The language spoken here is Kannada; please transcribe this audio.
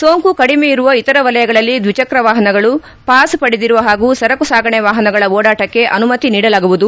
ಸೋಂಕು ಕಡಿಮೆ ಇರುವ ಇತರ ವಲಯಗಳಲ್ಲಿ ದ್ವಿಚ್ರವಾಹನಗಳು ಪಾಸ್ ಪಡೆದಿರುವ ಹಾಗೂ ಸರಕು ಸಾಗಣೆ ವಾಹನಗಳ ಓಡಾಟಕ್ಕೆ ಅನುಮತಿ ನೀಡಲಾಗುವುದು